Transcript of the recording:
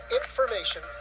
information